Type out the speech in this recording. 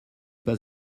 pas